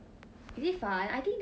you got play animal crossing